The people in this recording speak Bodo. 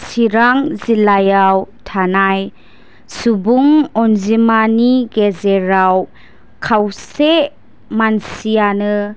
सिरां जिल्लायाव थानाय सुबुं अन्जिमानि गेजेराव खावसे मानसियानो